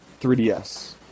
3DS